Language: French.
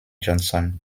johnson